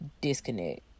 disconnect